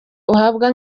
uhabwa